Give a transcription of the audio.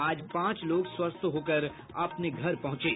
आज पांच लोग स्वस्थ होकर अपने घर पहुंचे